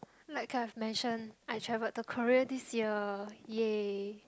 like I've mention I traveled to Korea this year yay